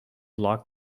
lock